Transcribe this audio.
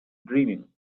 dreaming